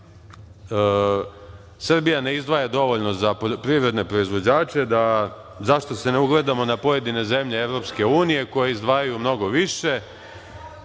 Srbija ne izdvaja dovoljno za poljoprivredne proizvođače, zašto se ne ugledamo na pojedine zemlje EU koje izdvajaju mnogo više,